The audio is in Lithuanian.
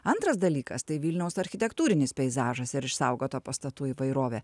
antras dalykas tai vilniaus architektūrinis peizažas ir išsaugota pastatų įvairovė